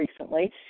recently